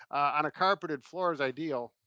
on a carpeted floor is ideal.